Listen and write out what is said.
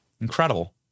incredible